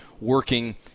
working